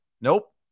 Nope